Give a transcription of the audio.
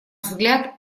взгляд